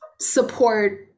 support